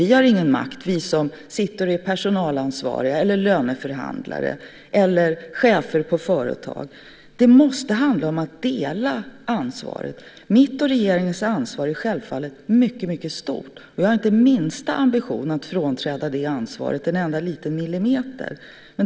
Vi har ingen makt, vi som sitter och är personalansvariga, löneförhandlare eller chefer på företag. Det måste handla om att dela ansvaret. Mitt och regeringens ansvar är självfallet mycket stort. Jag har inte minsta ambition att frånträda det ansvaret en enda liten millimeter.